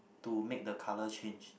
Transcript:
to make the colour change